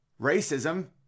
racism